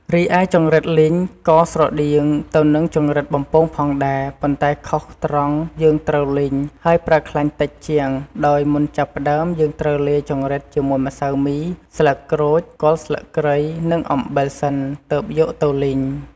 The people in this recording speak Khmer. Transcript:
រីឯចង្រិតលីងក៏ស្រដៀងទៅនឹងចង្រិតបំពងផងដែរ ប៉ុន្តែខុសត្រង់ យើងត្រូវលីង ហើយប្រើខ្លាញ់តិចជាង ដោយមុនចាប់ផ្ដើម យើងត្រូវលាយចង្រិតជាមួយម្សៅមី ស្លឹកក្រូច គល់ស្លឹកគ្រៃនិងអំបិលសិន ទើបយកទៅលីង។